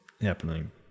happening